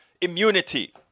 immunity